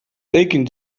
taking